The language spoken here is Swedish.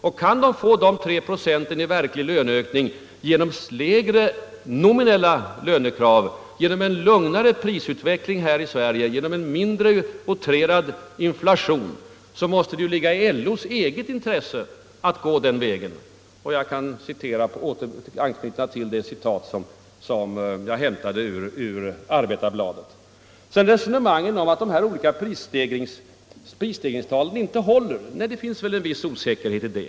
Om de kan få det genom lägre nominella lönekrav, genom en lugnare prisutveckling här i Sverige, genom en mindre utrerad inflation, måste det ligga i LO:s eget intresse att gå den vägen. Jag kan i detta sammanhang anknyta till det citat som jag hämtat ur Arbetarbladet. När det gäller resonemanget om att de olika prisstegringstalen inte håller så är det riktigt att det finns en viss osäkerhet.